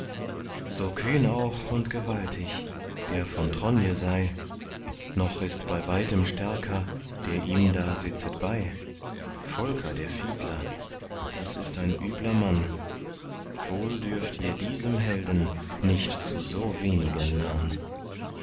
so kühn auch und gewaltig der von tronje sei noch ist bei weitem stärker der ihm da sitzet bei volker der fiedler das ist ein übler mann wohl dürft ihr diesem helden nicht zu so wenigen nahn